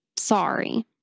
Sorry